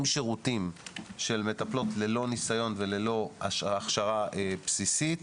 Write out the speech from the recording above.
שירותים של מטפלות ללא ניסיון וללא הכשרה בסיסית,